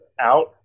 out